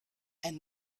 and